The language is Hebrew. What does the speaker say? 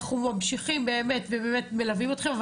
אנחנו ממשיכים ובאמת מלווים אתכם,